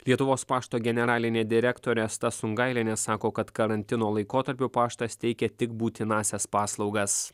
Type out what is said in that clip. lietuvos pašto generalinė direktorė asta sungailienė sako kad karantino laikotarpiu paštas teikia tik būtinąsias paslaugas